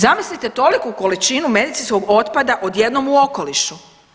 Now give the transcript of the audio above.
Zamislite toliku količinu medicinskog otpada odjednom u okolišu.